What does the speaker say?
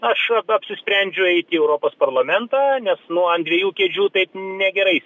aš apsisprendžiu eiti į europos parlamentą nes nu ant dviejų kėdžių taip negerai